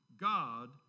God